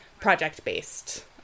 project-based